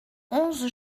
onze